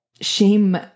shame